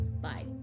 Bye